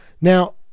Now